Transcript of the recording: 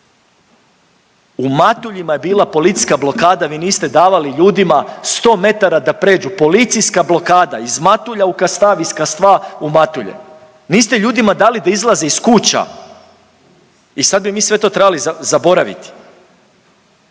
U Matuljima je bila policijska blokada, vi niste davali ljudima 100 metara da pređu, policijska blokada iz Matulja u Kastav iz Kastva u Matulje. Niste ljudima dali da izlaze iz kuća. I sad bi mi sve to trebali zaboraviti.